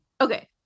Okay